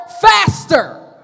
faster